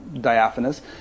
diaphanous